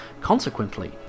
Consequently